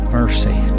mercy